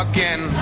Again